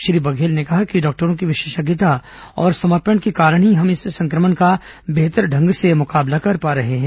श्री बघेल ने कहा कि डॉक्टरों की विशेषज्ञता और समर्पण के कारण ही हम इस संक्रमण का बेहतर ढंग से मुकाबला कर पा रहे हैं